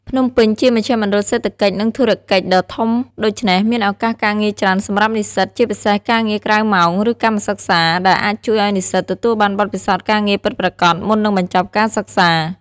ភ្នំពេញជាមជ្ឈមណ្ឌលសេដ្ឋកិច្ច និងធុរកិច្ចដ៏ធំ ដូច្នេះមានឱកាសការងារច្រើនសម្រាប់និស្សិត ជាពិសេសការងារក្រៅម៉ោង ឬកម្មសិក្សា ដែលអាចជួយឲ្យនិស្សិតទទួលបានបទពិសោធន៍ការងារពិតប្រាកដមុននឹងបញ្ចប់ការសិក្សា។